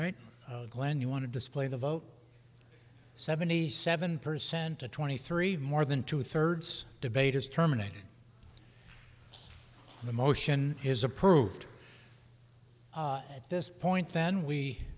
right glenn you want to display the vote seventy seven percent to twenty three more than two thirds debaters terminated the motion is approved at this point then we